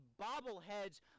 bobbleheads